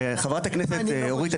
וחברת הכנסת אורית,